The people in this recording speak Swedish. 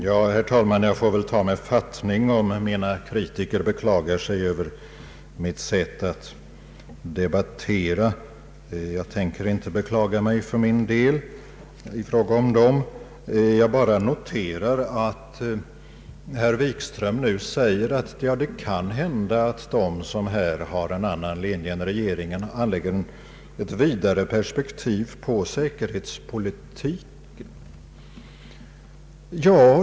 Herr talman! Jag får väl ta med fattning om mina kritiker beklagar sig över mitt sätt att debattera. Jag tänker inte beklaga mig för min del i fråga om dem. Jag bara noterar att herr Wikström nu säger att det kan hända att de som har en annan mening än regeringen anlägger ett vidare perspektiv på säkerhetspolitiken.